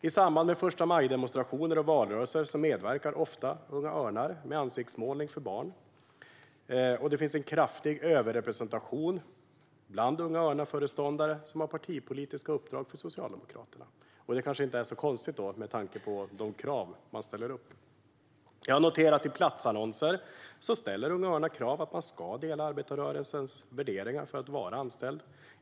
I samband med förstamajdemonstrationer och valrörelser medverkar Unga Örnar ofta med ansiktsmålning för barn, och det finns en kraftig överrepresentation bland Unga Örnar-föreståndare som har partipolitiska uppdrag för Socialdemokraterna. Det är kanske inte så konstigt med tanke på de krav som man ställer upp. Jag har noterat att Unga Örnar i platsannonser har krav på att man ska dela arbetarrörelsens värderingar för att vara anställd.